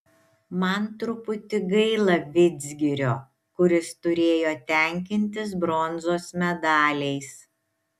man truputį gaila vidzgirio kuris turėjo tenkintis bronzos medaliais